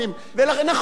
ודיברנו על זה,